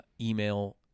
email